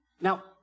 Now